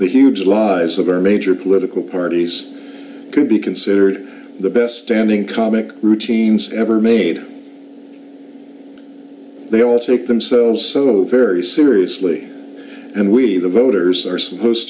the huge lies of our major political parties can be considered the best standing comic routines ever made they all take themselves so very seriously and we the voters are supposed